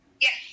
Yes